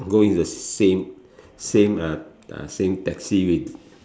go in the same same uh same taxi with